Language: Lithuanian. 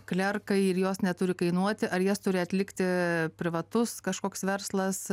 klerkai ir jos neturi kainuoti ar jas turi atlikti privatus kažkoks verslas